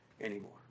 anymore